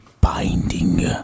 binding